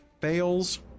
fails